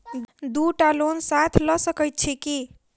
दु टा लोन साथ लऽ सकैत छी की?